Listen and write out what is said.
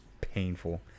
painful